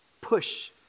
Push